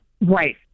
Right